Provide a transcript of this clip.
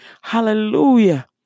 Hallelujah